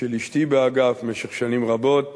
של אשתי באגף במשך שנים רבות,